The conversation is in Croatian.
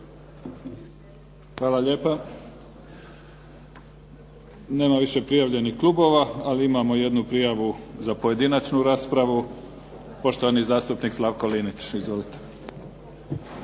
Hvala lijepa. Nema više prijavljenih klubova, ali imamo jednu prijavu za pojedinačnu raspravu. Poštovani zastupnik Slavko Linić. Izvolite.